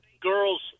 girls